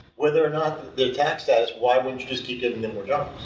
whether or not their tax status, why wouldn't you just keep giving them more jobs?